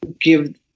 give